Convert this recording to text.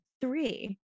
three